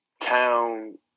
town